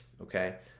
Okay